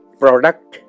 product